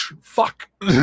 Fuck